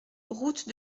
route